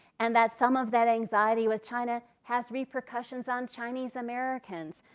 and that some of that anxiety with china has repercussions on chinese americans.